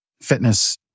fitness